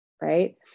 right